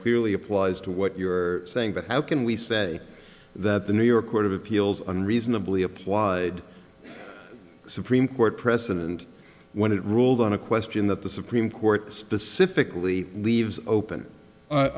clearly applies to what you're saying but how can we say that the new york court of appeals unreasonably applied supreme court precedent when it ruled on a question that the supreme court specifically leaves open